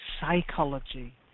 psychology